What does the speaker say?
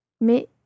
Mais